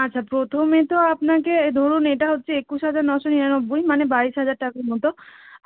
আচ্ছা প্রথমে তো আপনাকে এ ধরুন এটা হচ্ছে একুশ হাজার নশো নিরানব্বই মানে বাইশ হাজার টাকার মতো